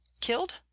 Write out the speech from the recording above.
killed